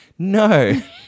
No